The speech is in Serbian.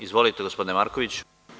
Izvolite gospodine Marković.